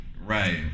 Right